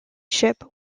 ship